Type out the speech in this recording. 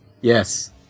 Yes